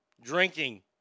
Drinking